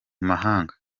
mahanga